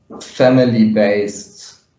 family-based